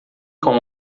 com